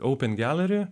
aupen galeri